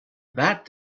that